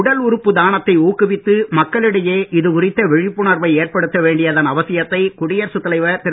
உடல் உறுப்பு தானத்தை ஊக்குவித்து மக்களிடையே இது குறித்த விழிப்புணர்வை ஏற்படுத்த வேண்டியதன் அவசியத்தை குடியரசுத் தலைவர் திரு